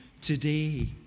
today